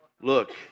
Look